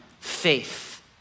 faith